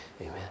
Amen